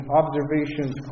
observations